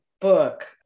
book